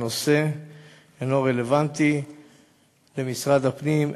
הנושא אינו רלוונטי למשרד הפנים,